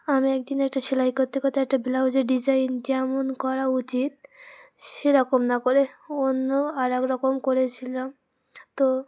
আমি একদিন একটা সেলাই করতে করতে একটা ব্লাউজের ডিজাইন যেমন করা উচিত সেরকম না করে অন্য আরেক রকম করেছিলাম তো